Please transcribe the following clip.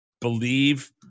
believe